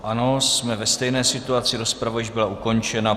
Ano, jsme ve stejné situaci, rozprava již byla ukončena.